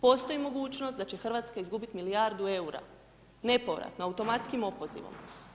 Postoji mogućnost da će Hrvatska izgubiti milijardu EUR-a, nepovratno, automatskim opozivom.